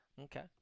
Okay